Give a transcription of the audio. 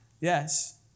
Yes